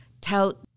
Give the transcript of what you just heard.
tout